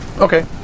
Okay